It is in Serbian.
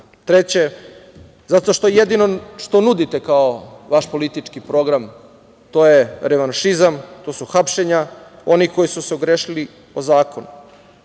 nas. Treće, zato što jedino što nudite kao vaš politički program to je revanšizam, to su hapšenja onih koji su se ogrešili o zakon.